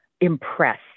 impressed